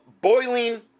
boiling